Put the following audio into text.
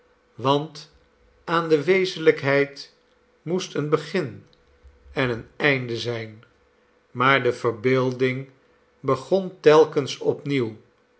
want aan de wezenlijkheid moest een begin en een einde zijn maar de verbeelding begon telkens opnieuw